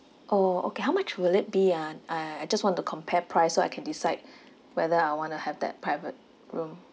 orh okay how much will it be ah uh I just want to compare price so I can decide whether I want to have that private room